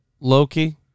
Loki